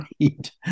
Right